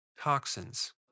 toxins